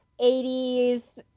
80s